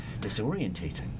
disorientating